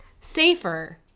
safer